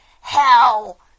hell